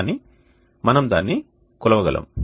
కానీ మనం దానిని కొలవగలము